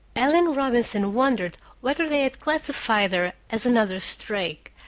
ellen robinson wondered whether they had classified her as another streak,